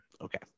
okay